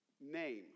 name